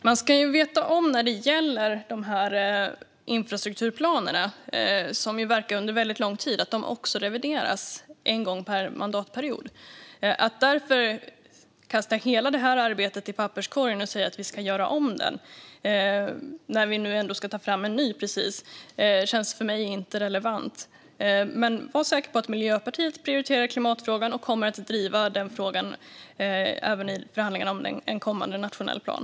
Fru talman! När det gäller dessa infrastrukturplaner som verkar under väldigt lång tid ska man veta att de också revideras en gång per mandatperiod. Att då kasta hela detta arbete i papperskorgen och säga att vi ska göra om det när vi nu precis ska ta fram en ny känns inte relevant för mig. Men var säker på att Miljöpartiet prioriterar klimatfrågan och kommer att driva denna fråga även i förhandlingarna om en kommande nationell plan.